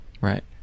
Right